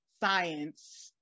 science